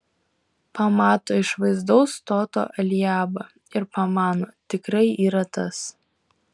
pamato išvaizdaus stoto eliabą ir pamano tikrai yra tas